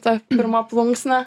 ta pirma plunksna